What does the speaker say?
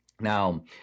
Now